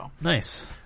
Nice